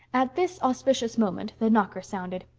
at this auspicious moment the knocker sounded.